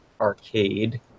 arcade